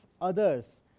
others